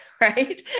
right